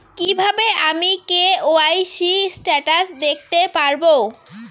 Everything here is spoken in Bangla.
কিভাবে আমি কে.ওয়াই.সি স্টেটাস দেখতে পারবো?